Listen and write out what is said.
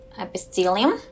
epithelium